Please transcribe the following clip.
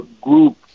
group